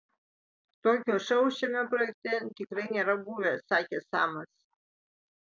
tokio šou šiame projekte tikrai nėra buvę sakė samas